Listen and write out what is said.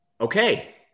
Okay